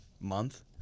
month